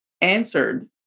answered